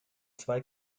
zwei